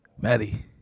maddie